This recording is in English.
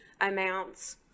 amounts